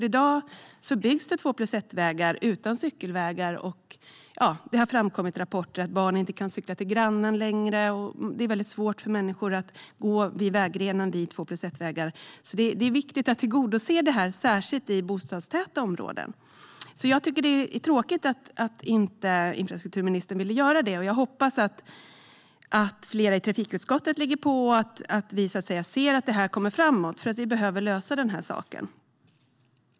I dag byggs två-plus-ett-vägar utan cykelvägar. Det har kommit rapporter om att barn inte längre kan cykla till grannen. Det är väldigt svårt för människor att gå på vägrenen vid två-plus-ett-vägar. Det är viktigt att tillgodose detta, särskilt i bostadstäta områden, så jag tycker att det är tråkigt att infrastrukturministern inte ville göra detta förtydligande. Jag hoppas att fler i trafikutskottet ligger på och att vi kan få se att detta går framåt, för vi behöver lösa den här saken.